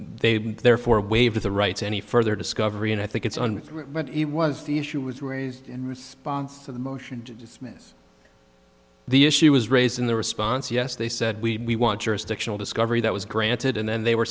they therefore waive the rights any further discovery and i think it's on but it was the issue was raised in response to the motion sickness the issue was raised in the response yes they said we want jurisdictional discovery that was granted and then they were